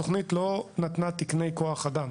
התוכנית לא נתנה תקני כוח אדם.